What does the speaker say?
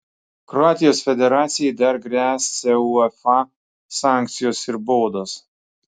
kroatijos federacijai dar gresia uefa sankcijos ir baudos